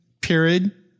period